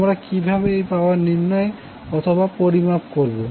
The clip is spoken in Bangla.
আমরা কিভাবে এই পাওয়ার নির্ণয় অথবা পরিমাপ করবো